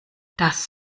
das